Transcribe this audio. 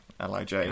LIJ